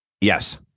Yes